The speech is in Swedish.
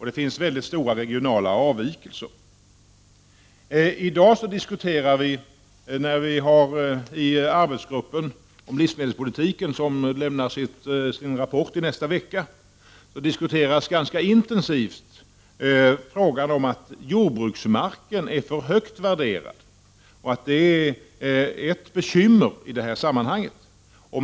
Det finns väldigt stora regionala avvikelser. I arbetsgruppen om livsmedelspolitiken, som lämnar sin rapport i nästa vecka, diskuteras ganska intensivt frågan om att jordbruksmarken är för högt värderad och att det är ett bekymmer i det här sammanhanget.